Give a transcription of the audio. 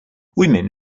women